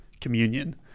communion